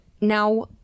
now